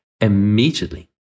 Immediately